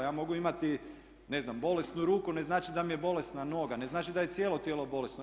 Ja mogu imati ne znam bolesnu ruku, ne znači da mi je bolesna noga, ne znači da je cijelo tijelo bolesno.